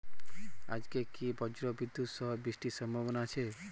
আজকে কি ব্রর্জবিদুৎ সহ বৃষ্টির সম্ভাবনা আছে?